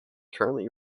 currently